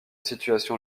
situation